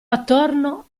attorno